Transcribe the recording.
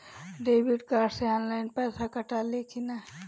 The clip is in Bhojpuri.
डेबिट कार्ड से ऑनलाइन पैसा कटा ले कि ना?